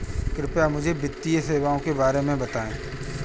कृपया मुझे वित्तीय सेवाओं के बारे में बताएँ?